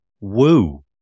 woo